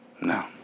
No